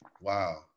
wow